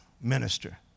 minister